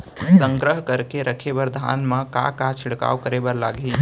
संग्रह करके रखे बर धान मा का का छिड़काव करे बर लागही?